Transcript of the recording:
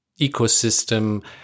ecosystem